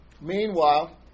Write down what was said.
Meanwhile